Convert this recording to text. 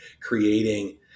creating